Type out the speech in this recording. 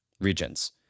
regions